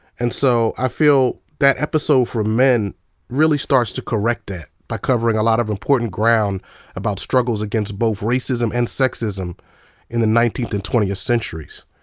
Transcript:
and so i feel that episode from men really starts to correct that, by covering a lot of important ground about struggles against both racism and sexism in the nineteenth and twentieth centuries.